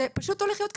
זה פשוט הולך להיות ככה,